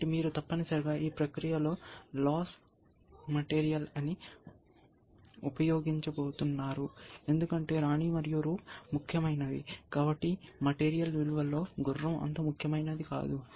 కాబట్టి మీరు తప్పనిసరిగా ఈ ప్రక్రియలో లాస్ మెటీరియల్ని ఉపయోగించబోతున్నారు ఎందుకంటే రాణి మరియు రూక్ ముఖ్యమైనవి కాబట్టి మాటేరియల్ విలువలో గుర్రం అంత ముఖ్యమైనది కాదు